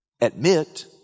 admit